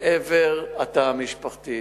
לעבר התא המשפחתי.